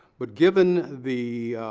but given the